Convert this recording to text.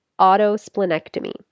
autosplenectomy